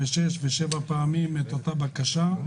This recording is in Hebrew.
שש ושבע פעמים את אותה בקשה.